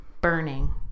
Burning